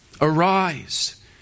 Arise